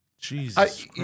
Jesus